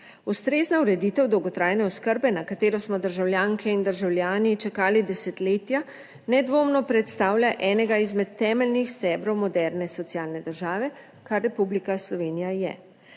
Ustrezna ureditev dolgotrajne oskrbe, na katero smo državljanke in državljani čakali desetletja, nedvomno predstavlja enega izmed temeljnih stebrov moderne socialne države, kar Republika Slovenija je.